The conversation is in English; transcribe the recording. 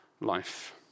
life